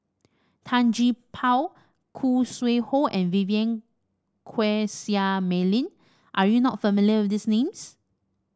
Tan Gee Paw Khoo Sui Hoe and Vivien Quahe Seah Mei Lin are you not familiar with these names